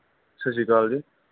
ਸਤਿ ਸ਼੍ਰੀ ਅਕਾਲ ਜੀ